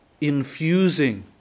infusing